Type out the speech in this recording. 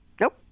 nope